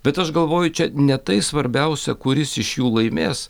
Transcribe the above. bet aš galvoju čia ne tai svarbiausia kuris iš jų laimės